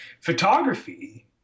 photography